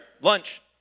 Lunch